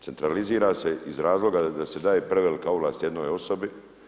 Centralizira se iz razloga da se daje prevelika ovlast jednoj osobi.